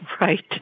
right